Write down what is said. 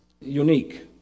unique